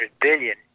billion